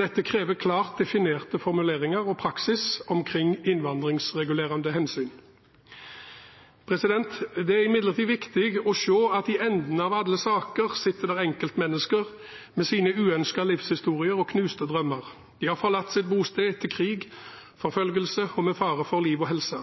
Dette krever klart definerte formuleringer og praksis omkring innvandringsregulerende hensyn. Det er imidlertid viktig å se at i enden av alle saker sitter det enkeltmennesker med sine uønskede livshistorier og knuste drømmer. De har forlatt sitt bosted etter krig og forfølgelse og med fare for liv og helse.